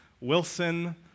Wilson